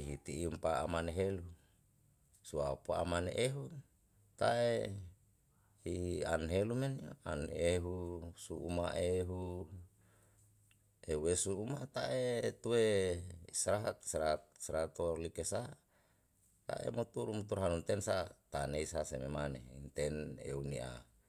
ihitimpa aman helu soa pa aman ehu tae i an helu na an ehu su'uma ehu eu esu ruma tae tue strahat strahat starahat to like sa moturum turhanun tensa tanei sa se memane im ten eu nia.